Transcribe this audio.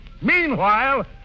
Meanwhile